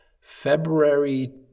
February